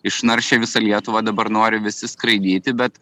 išnaršė visą lietuvą dabar nori visi skraidyti bet